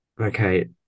Okay